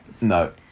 No